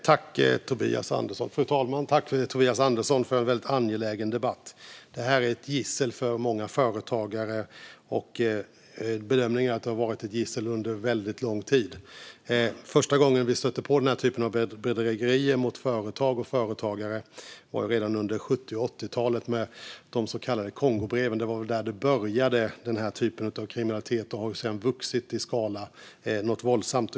Fru talman! Tack, Tobias Andersson, för en väldigt angelägen debatt! Detta är ett gissel för många företagare. Bedömningen är att det har varit ett gissel under väldigt lång tid. Första gången vi stötte på den här typen av bedrägerier mot företag och företagare var redan under 70 och 80-talet med de så kallade Kongobreven. Det var väl där den typen av kriminalitet började. Det har sedan vuxit i skala något våldsamt.